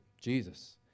Jesus